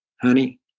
honey